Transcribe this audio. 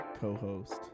co-host